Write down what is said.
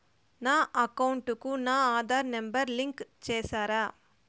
నా అకౌంట్ కు నా ఆధార్ నెంబర్ లింకు చేసారా